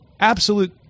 absolute